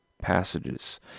passages